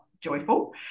joyful